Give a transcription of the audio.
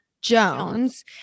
Jones